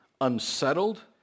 unsettled